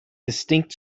distinct